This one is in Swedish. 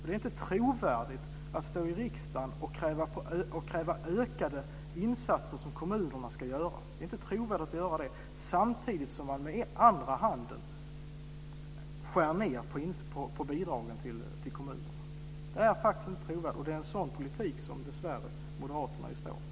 Det är inte trovärdigt att stå i riksdagen och kräva ökade insatser av kommunerna samtidigt som man skär ned på bidragen till kommunerna. Det är faktiskt inte trovärdigt. Det är dessvärre en sådan politik som Moderaterna står för.